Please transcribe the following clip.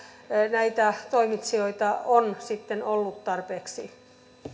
näitä toimitsijoita on sitten ollut tarpeeksi